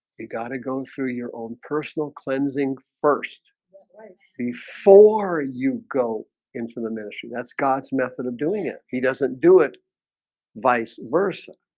got to go through your own personal cleansing first before you go into the ministry. that's god's method of doing it. he doesn't do it vice versa